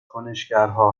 کنشگرها